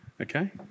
Okay